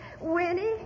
Winnie